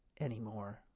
anymore